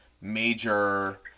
major